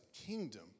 kingdom